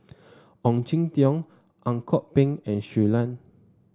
Ong Jin Teong Ang Kok Peng and Shui Lan